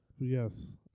Yes